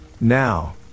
Now